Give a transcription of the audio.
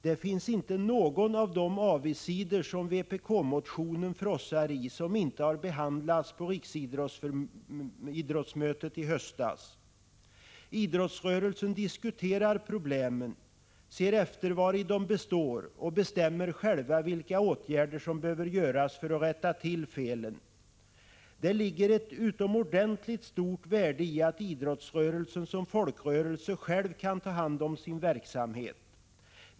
Det finns inte någon av de avigsidor som vpk-motionen frossar i som inte behandlades på riksidrottsmötet i höstas. Idrottsrörelsen diskuterar problemen, ser efter vari de består och bestämmer själv vilka åtgärder som behöver vidtas för att rätta till felen. Det ligger ett utomordentligt stort värde i att idrottsrörelsen som folkrörelse själv kan ta hand om sin verksamhet.